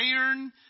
iron